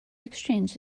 exchange